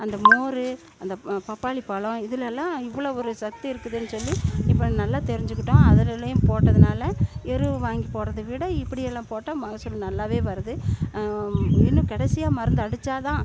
அந்த மோர் அந்த ம பப்பாளிப்பழம் இதிலலாம் இவ்வளோ ஒரு சக்தி இருக்குதுன்று சொல்லி இப்போ நல்லா தெரிஞ்சுக்கிட்டோம் அதுலுள்ளையும் போட்டதினால எரு வாங்கி போடுறத விட இப்படியெல்லாம் போட்டால் மகசூல் நல்லாவே வருது இன்னும் கடைசியாக மருந்து அடித்தா தான்